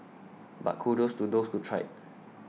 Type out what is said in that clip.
but kudos to those who tried